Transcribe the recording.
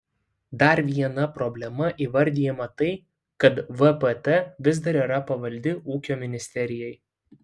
dar viena problema įvardijama tai kad vpt vis dar yra pavaldi ūkio ministerijai